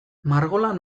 margolan